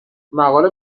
مقاله